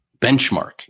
benchmark